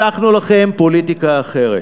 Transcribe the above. הבטחנו לכם פוליטיקה אחרת.